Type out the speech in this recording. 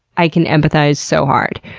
i can empathize so hard.